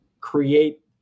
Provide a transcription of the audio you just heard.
create